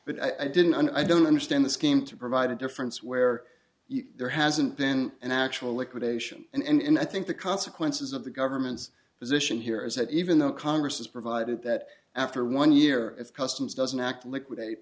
but i didn't and i don't understand the scheme to provide a difference where there hasn't been an actual liquidation and i think the consequences of the government's position here is that even though congress has provided that after one year it's customs doesn't act liquidate